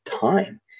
time